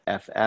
FF